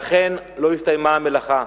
ואכן לא הסתיימה המלאכה,